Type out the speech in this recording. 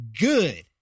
good